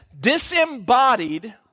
disembodied